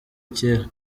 kera